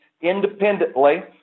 independently